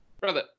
Brother